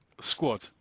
squad